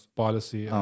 policy